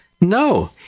No